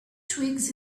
twigs